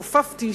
כופפתי,